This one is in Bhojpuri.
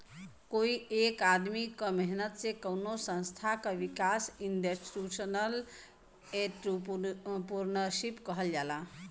कोई एक आदमी क मेहनत से कउनो संस्था क विकास के इंस्टीटूशनल एंट्रेपर्नुरशिप कहल जाला